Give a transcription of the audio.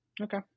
Okay